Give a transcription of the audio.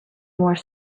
more